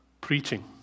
preaching